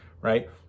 right